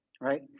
right